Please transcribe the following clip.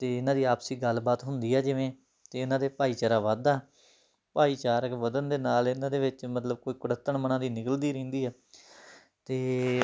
ਅਤੇ ਇਹਨਾਂ ਦੀ ਆਪਸੀ ਗੱਲਬਾਤ ਹੁੰਦੀ ਆ ਜਿਵੇਂ ਅਤੇ ਇਹਨਾਂ ਦੇ ਭਾਈਚਾਰਾ ਵੱਧਦਾ ਭਾਈਚਾਰਕ ਵਧਣ ਦੇ ਨਾਲ ਇਹਨਾਂ ਦੇ ਵਿੱਚ ਮਤਲਬ ਕੋਈ ਕੁੜੱਤਣ ਮਨਾਂ ਦੀ ਨਿਕਲਦੀ ਰਹਿੰਦੀ ਆ ਅਤੇ